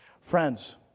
Friends